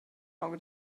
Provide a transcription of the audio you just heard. auge